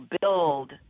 build